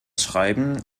schreiben